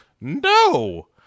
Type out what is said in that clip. no